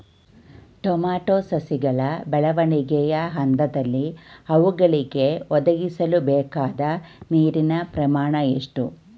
Tomato ಸಸಿಗಳ ಬೆಳವಣಿಗೆಯ ಹಂತದಲ್ಲಿ ಅವುಗಳಿಗೆ ಒದಗಿಸಲುಬೇಕಾದ ನೀರಿನ ಪ್ರಮಾಣ ಎಷ್ಟು?